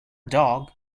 dog